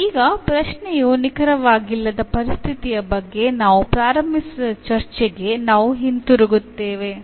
ಮತ್ತು ಈಗ ಪ್ರಶ್ನೆಯು ನಿಖರವಾಗಿಲ್ಲದ ಪರಿಸ್ಥಿತಿಯ ಬಗ್ಗೆ ನಾನು ಪ್ರಾರಂಭಿಸಿದ ಚರ್ಚೆಗೆ ನಾವು ಹಿಂತಿರುಗುತ್ತೇವೆ